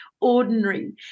ordinary